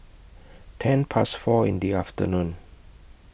ten Past four in The afternoon